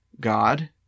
God